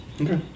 Okay